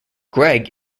greg